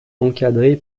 encadré